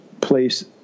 place